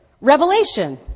Revelation